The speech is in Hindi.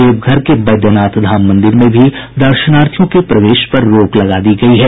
देवघर के बैद्यनाथ धाम मंदिर में भी दर्शनार्थियों के प्रवेश पर रोक लगा दी गयी है